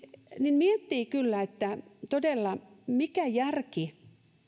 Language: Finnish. miettii kyllä todella että mikä järki